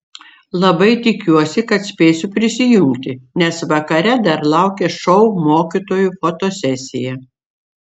labai tikiuosi kad spėsiu prisijungti nes vakare dar laukia šou mokytojų fotosesija